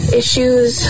issues